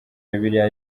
bibiliya